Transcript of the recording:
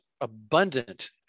abundant